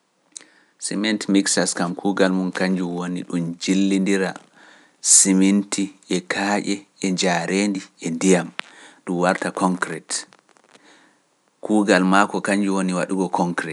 Sement mixtas kam kuugal mum kañjum woni ɗum jillindira seminti e kaaƴe e jaareendi e ndiyam ɗum warta concrete. Kuugal mako kañjum woni waɗugo concrete.